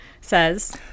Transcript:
says